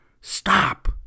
stop